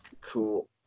Cool